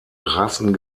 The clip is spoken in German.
rassen